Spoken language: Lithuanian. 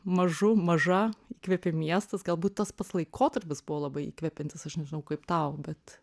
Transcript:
mažu maža įkvėpė miestas galbūt tas pats laikotarpis buvo labai įkvepiantis aš nežinau kaip tau bet